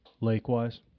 lake-wise